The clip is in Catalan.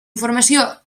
informació